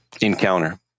encounter